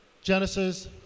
Genesis